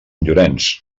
llorenç